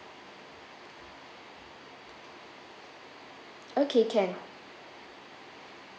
okay can